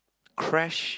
crash